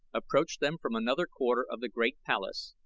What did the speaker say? approached them from another quarter of the great palace.